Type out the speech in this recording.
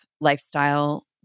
lifestyle